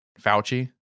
Fauci